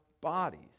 bodies